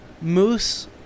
Moose